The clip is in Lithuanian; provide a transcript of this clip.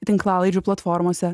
tinklalaidžių platformose